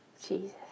Jesus